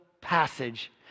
passage